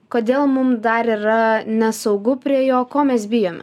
kodėl mum dar yra nesaugu prie jo ko mes bijom